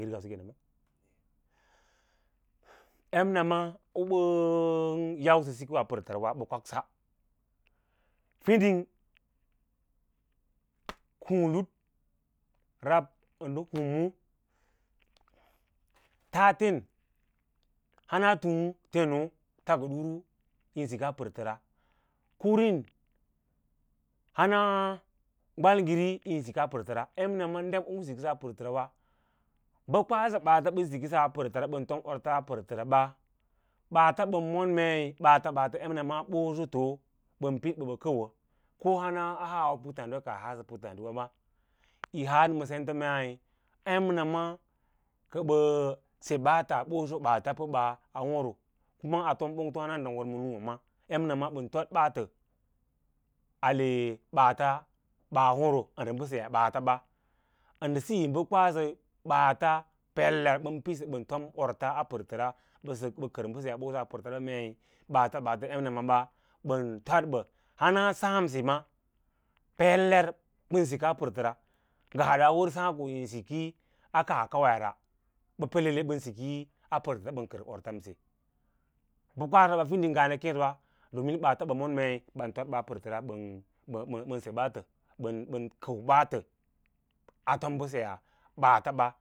Emnama u ɓa ya’msə si koo a pərtərawa ɓə kwaksa fiding huũlud rab ə ndə humu, raten a tim túù teno takaduru yin sikas pərtəra kurin hana gwalgene yin pikaa pərtəra emnama dem un sikəsə a pərtəra wa pə ɓaasə ba sikisə a pərtərs bə tom orts pərtəra ɓa ɓaats ɓən mon mei ɓaata-ɓaata ɓəm mon mei ɓaata-ɓaata em na ɓa a ɓosoto bənpiɗ bə bə kəuwə hana a haa wo ba haasə puttǎǎdiwawa yi haan ma senta mei emnama kə bə se ɓaats ɓoso ɓaats emnaba pə bas hən kuma a fom ɓongto hana ngən wərwər ma núwá maa emnama ɓən tod ɓaatə ale ɓaats ɓaa h’ro ə ndə mbəseyaa ɓaata ɓa, ə ndə siyo bə kwasə baats peler ɓən pidsə ɓə tom orts a pərtərs bə sək bə kər mbəseyaa ɓosa a pərtəra mei ɓaata ɓaats emnaba ɓən toɗ ɓə hams sǎǎnse ma peler ɓən sika pər tərs ngə haɗ wər saã ko yin siki a kaa kawai ra lallai bən siki a pərtəra bəkər drtsmse bə kwasə ɓa fiding ngaa nə kěěsəwa domin ɓaa tsom bəən mon mei ɓan toɗ bə a pərtəra bən se ɓaatə ɓən ən ɓaatə a fom mbəseyaa ɓaata ba.